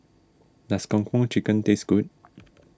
does Kung Po Chicken taste good